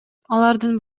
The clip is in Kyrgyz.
алардын